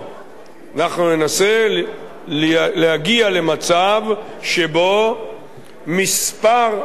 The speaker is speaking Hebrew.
אנחנו ננסה להגיע למצב שבו מספר התושבים